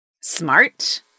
Smart